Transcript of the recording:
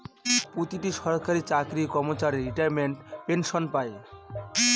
প্রতিটি সরকারি চাকরির কর্মচারী রিটায়ারমেন্ট পেনসন পাই